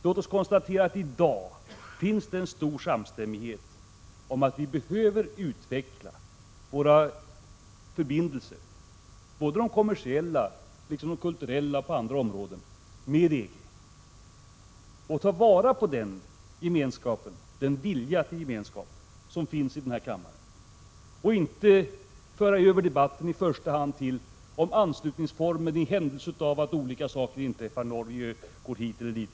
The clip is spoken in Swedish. Låt oss konstatera att det i dag finns en stor samstämmighet om att vi behöver utveckla våra förbindelser — de kommersiella, de kulturella och även andra — med EG och ta vara på den vilja till gemenskap som finns i denna kammare och inte föra över debatten i första hand till anslutningsformen i händelse av att olika saker inträffar, t.ex. att Norge går hit eller dit.